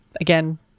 Again